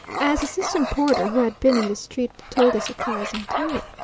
as assistant porter who had been in the street told a surprising tale.